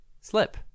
Slip